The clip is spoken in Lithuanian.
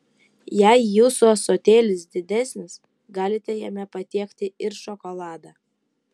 jei jūsų ąsotėlis didesnis galite jame patiekti ir šokoladą